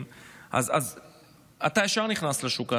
אז אתה נכנס ישר לשוק התעסוקה.